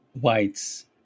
whites